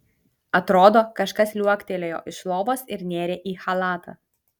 atrodo kažkas liuoktelėjo iš lovos ir nėrė į chalatą